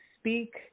speak